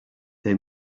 they